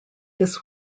this